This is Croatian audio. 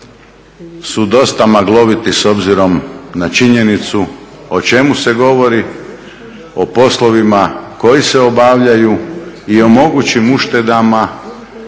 su dosta magloviti s obzirom na činjenicu o čemu se govori, o poslovima koji se obavljaju i o mogućim uštedama